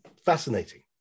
fascinating